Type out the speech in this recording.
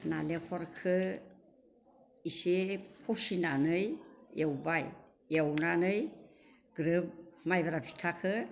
नारेंखलखौ एसे खसिनानै एवबाय एवनानै ग्रोब मायब्रा फिथाखौ